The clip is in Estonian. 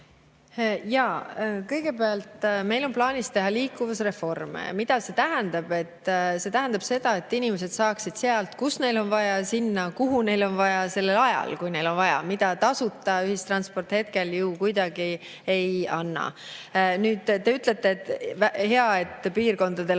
Jaa. Kõigepealt, meil on plaanis teha liikuvusreform. Mida see tähendab? See tähendab seda, et inimesed saaksid minna sealt, kus nad on, sinna, kuhu neil on vaja minna, sellel ajal, kui neil on vaja, mida tasuta ühistransport ju kuidagi ei võimalda. Te ütlete, et hea, et on